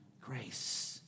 grace